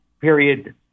period